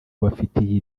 bafitiye